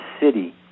city